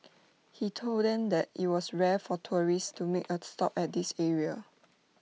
he told them that IT was rare for tourists to make A stop at this area